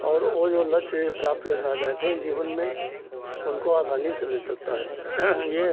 और वह जो लक्ष्य प्राप्त करना चाहते हैं जीवन में उनको आसानी से मिल सकता है यह